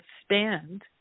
expand